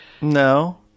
No